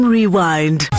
Rewind